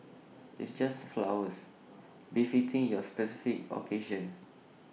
it's just flowers befitting your specific occasions